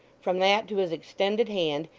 from that to his extended hand,